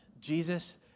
Jesus